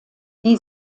die